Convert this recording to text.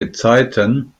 gezeiten